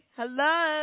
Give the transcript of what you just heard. hello